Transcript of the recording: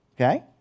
Okay